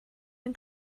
den